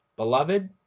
Beloved